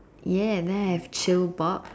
ya then I have chill box